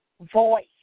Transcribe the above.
voice